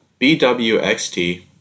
BWXT